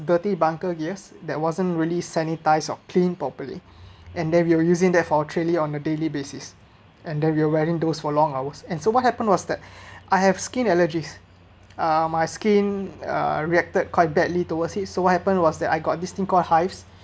dirty bunker gears that wasn't really sanitize or cleaned properly and then we are using that for a trainee on a daily basis and then we were wearing those for long hours and so what happened was that I have skin allergies uh my skin uh reacted quite badly towards he's so what happened was that I got this thing called hives